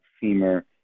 femur